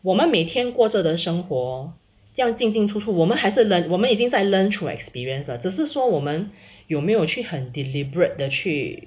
我们每天过着的生活这样进进出出我们还是 learned 我们已经在 learned through experience 了只是说我们有没有去很 deliberate 的去